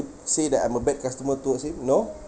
say that I'm a bad customer too I say no